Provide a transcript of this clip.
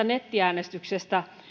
nettiäänestyksestä